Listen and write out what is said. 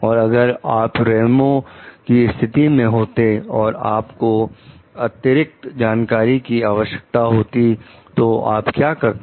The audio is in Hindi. और अगर आप रेनू की स्थिति में होते और आपको अतिरिक्त जानकारी की आवश्यकता होती तो क्या करते